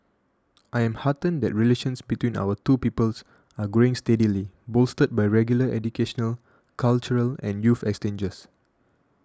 I am heartened that relations between our two peoples are growing steadily bolstered by regular educational cultural and youth exchanges